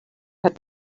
had